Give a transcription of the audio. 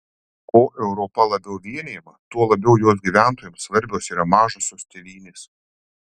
kuo europa labiau vienijama tuo labiau jos gyventojams svarbios yra mažosios tėvynės